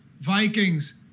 Vikings